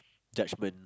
judgement